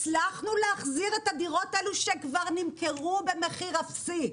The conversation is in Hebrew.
הצלחנו להחזיר את הדירות האלו שכבר נמכרו במחיר אפסי,